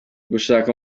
gushaka